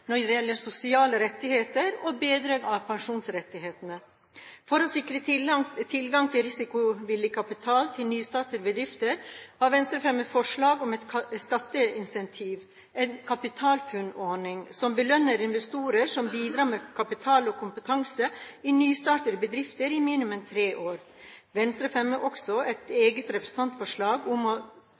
når det gjelder sosiale rettigheter og bedring av pensjonsrettighetene. For å sikre tilgang til risikovillig kapital til nystartede bedrifter har Venstre fremmet forslag om et skatteincentiv, en kapitalfunnordning som belønner investorer som bidrar med kapital og kompetanse i nystartede bedrifter i minimum tre år. Venstre fremmet også et eget representantforslag om